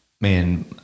man